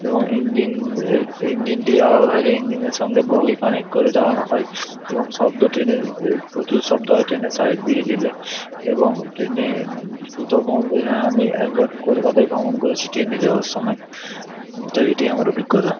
এবং ইঞ্জিন ইঞ্জিনটি আলাদা থাকে ইঞ্জিনের সঙ্গে বগি কানেক্ট করে চালানো হয় এবং শব্দ ট্রেনের প্রচুর শব্দ হয় ট্রেনের সাইড দিকে গেলে এবং ট্রেনে কোথাও ভ্রমণ করেছি হ্যাঁ আমি একবার কলকাতায় ভ্রমণ করেছি ট্রেনে যাওয়ার সময় তো এটিই আমার অভিজ্ঞতা